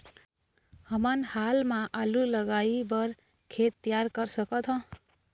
हमन हाल मा आलू लगाइ बर खेत तियार कर सकथों?